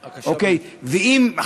ואם,